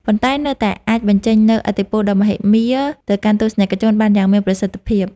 ប៉ុន្តែនៅតែអាចបញ្ចេញនូវឥទ្ធិពលដ៏មហិមាទៅកាន់ទស្សនិកជនបានយ៉ាងមានប្រសិទ្ធភាព។